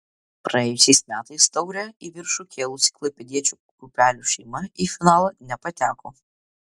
praėjusiais metais taurę į viršų kėlusi klaipėdiečių kiūpelių šeima į finalą nepateko